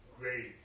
Great